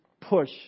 push